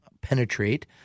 penetrate